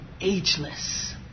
ageless